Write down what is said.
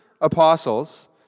apostles